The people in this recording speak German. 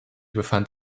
befand